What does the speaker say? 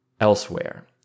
elsewhere